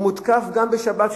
והוא מותקף גם בשבת,